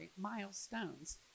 milestones